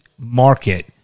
market